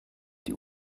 die